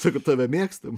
sako tave mėgstam